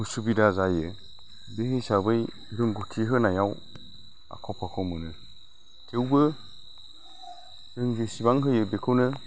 असुबिदा जायो बे हिसाबै रोंगौथि होनायाव आख' फाख' मोनो थेवबो जों जेसेबां होयो बेखौनो